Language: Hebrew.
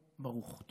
ברוך.